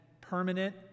permanent